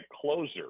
closer